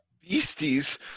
Beasties